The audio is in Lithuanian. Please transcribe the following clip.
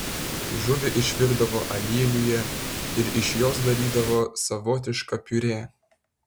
žuvį išvirdavo aliejuje ir iš jos darydavo savotišką piurė